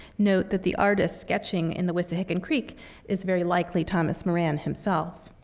note that the artist sketching in the wissahickon creek is very likely thomas moran himself.